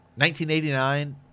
1989